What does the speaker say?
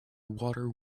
water